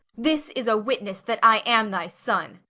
this is a witness that i am thy son.